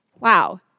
Wow